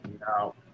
No